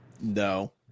No